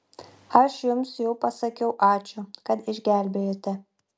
aš jums jau pasakiau ačiū kad išgelbėjote